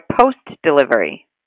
post-delivery